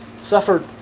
suffered